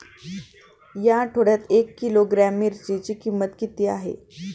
या आठवड्यात एक किलोग्रॅम मिरचीची किंमत किती आहे?